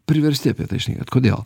priversti apie tai šnekėt kodėl